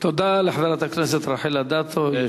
תודה לחברת הכנסת רחל אדטו.